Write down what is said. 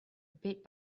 bit